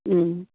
ও